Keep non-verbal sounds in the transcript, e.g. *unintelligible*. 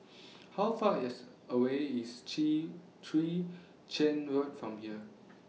How Far IS away IS *unintelligible* Chwee Chian Road from here